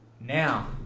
now